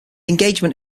engagement